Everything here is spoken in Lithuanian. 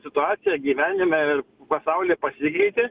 situacija gyvenime ir pasaulyje pasikeitė